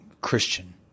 Christian